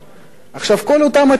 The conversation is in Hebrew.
עכשיו, כל אותם התירוצים,